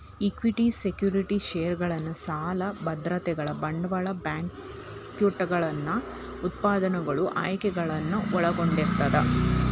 equity securities ಷೇರುಗಳನ್ನ ಸಾಲ ಭದ್ರತೆಗಳ ಬಾಂಡ್ಗಳ ಬ್ಯಾಂಕ್ನೋಟುಗಳನ್ನ ಉತ್ಪನ್ನಗಳು ಆಯ್ಕೆಗಳನ್ನ ಒಳಗೊಂಡಿರ್ತದ